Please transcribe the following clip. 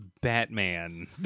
Batman